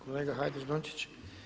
Kolega Hajdaš Dončić.